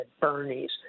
Bernie's